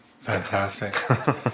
fantastic